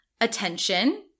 Attention